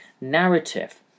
narrative